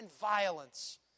violence